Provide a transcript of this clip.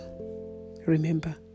remember